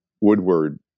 Woodward